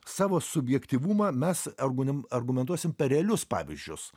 savo subjektyvumą mes organi argumentuosim per realius pavyzdžius